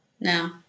No